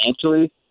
financially